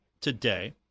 today